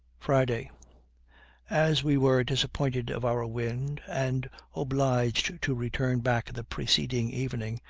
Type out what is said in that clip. friday as we were disappointed of our wind, and obliged to return back the preceding evening,